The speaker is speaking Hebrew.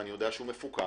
ואני יודע שהוא מפוקח,